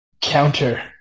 counter-